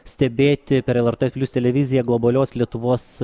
stebėti per lrt plius televiziją globalios lietuvos